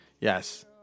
Yes